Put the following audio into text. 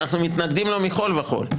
שאנחנו מתנגדים לו מכול וכול,